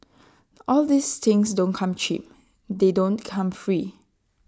all these things don't come cheap they don't come free